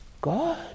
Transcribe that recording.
God